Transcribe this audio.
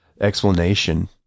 explanation